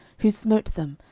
who smote them,